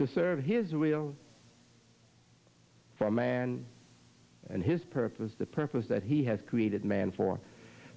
to serve his real for a man and his purpose the purpose that he has created man for